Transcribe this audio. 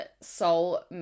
soul